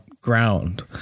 ground